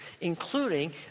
including